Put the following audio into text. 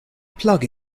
plug